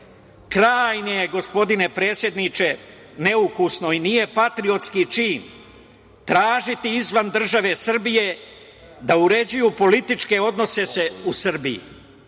Krajnje gospodine predsedniče, neukusno i nije patriotski čin tražiti izvan države Srbije da uređuju političke odnose u Srbiji.